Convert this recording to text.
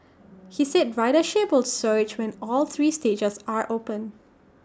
he said ridership will surge when all three stages are open